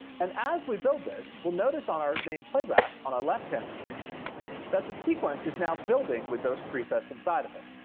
and as we build this, we'll notice on our main playback on our left hand screen that the sequence is now building with those presets inside of it.